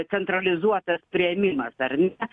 centralizuotas priėmimas ar ne